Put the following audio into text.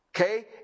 Okay